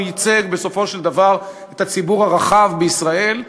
הוא ייצג בסופו של דבר את הציבור הרחב בישראל.